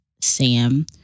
Sam